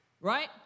Right